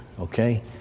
okay